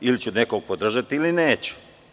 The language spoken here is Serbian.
Ili ću nekog podržati, ili neću.